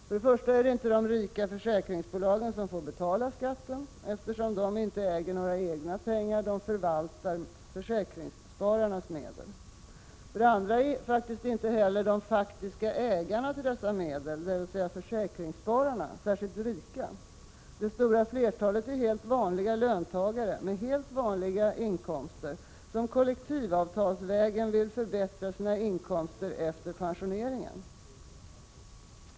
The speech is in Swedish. För det första är det inte de rika försäkringsbolagen som får betala skatten, eftersom de inte äger några egna pengar utan bara förvaltar försäkringsspararnas medel. För det andra är inte heller de faktiska ägarna till dessa medel, dvs. försäkringsspararna, särskilt rika. Det stora flertalet är helt vanliga löntagare med helt vanliga inkomster, som kollektivavtalsvägen vill förbättra sina inkomster efter pensioneringen.